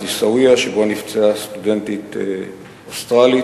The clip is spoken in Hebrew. עיסאוויה שבו נפצעה סטודנטית אוסטרלית,